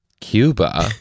Cuba